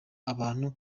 abantu